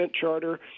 charter